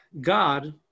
God